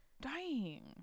dying